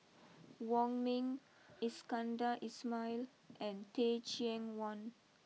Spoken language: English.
Wong Ming Iskandar Ismail and Teh Cheang Wan